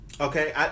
Okay